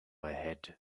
ahead